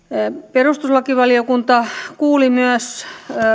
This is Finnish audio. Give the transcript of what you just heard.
perustuslakivaliokunta kuuli myös